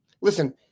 Listen